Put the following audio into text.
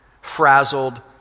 frazzled